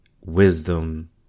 wisdom